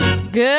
Good